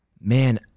Man